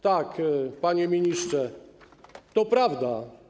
Tak, panie ministrze, to prawda.